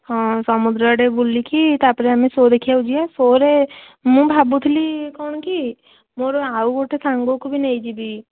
ହଁ ସମୁଦ୍ର ଆଡ଼େ ବୁଲିକି ତା'ପରେ ଆମେ ସୋ ଦେଖିବାକୁ ଯିବା ସୋରେ ମୁଁ ଭାବୁଥିଲି କ'ଣ କି ମୋର ଆଉ ଗୋଟେ ସାଙ୍ଗକୁ ବି ନେଇଯିବି